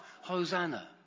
Hosanna